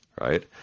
right